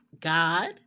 God